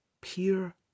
pure